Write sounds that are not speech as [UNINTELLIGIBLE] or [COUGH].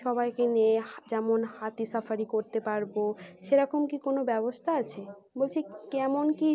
সবাইকে নিয়ে [UNINTELLIGIBLE] যেমন হাতি সাফারি করতে পারব সেরকম কি কোনো ব্যবস্থা আছে বলছি কেমন কী